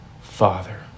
father